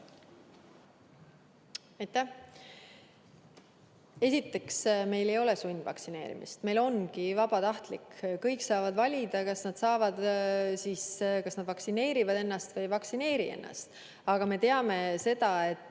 Aitäh! Esiteks, meil ei ole sundvaktsineerimist, meil ongi see vabatahtlik. Kõik saavad valida, kas nad vaktsineerivad ennast või ei vaktsineeri ennast. Aga me teame seda, et